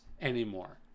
anymore